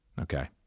Okay